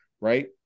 right